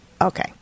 Okay